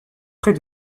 près